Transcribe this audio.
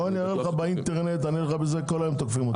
בוא אני אראה לך באינטרנט, כל היום תוקפים אותי.